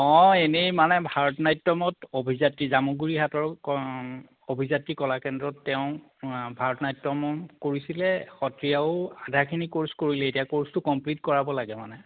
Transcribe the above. অঁ এনেই মানে ভাৰত নাট্যমত অভিযাত্ৰী জামুগুৰি হাটৰ অভিযাত্ৰী কলাকেন্দ্ৰত তেওঁ ভাৰত নাট্যমত কৰিছিলে সত্ৰীয়াও আধাখিনি কোৰ্চ কৰিলে এতিয়া কৰ্চটো কমপ্লিট কৰাব লাগে মানে